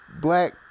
black